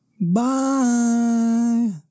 Bye